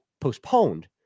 postponed